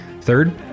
Third